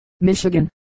Michigan